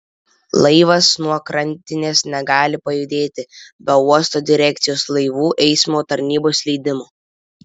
laivas nuo krantinės negali pajudėti be uosto direkcijos laivų eismo tarnybos leidimo